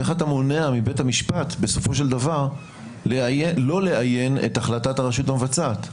איך אתה מונע מבית המשפט בסופו של דבר לא לאיין את החלטת הרשות המבצעת?